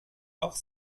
auch